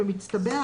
במצטבר,